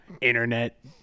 internet